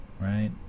right